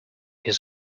his